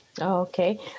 Okay